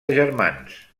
germans